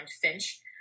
finch